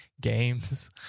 games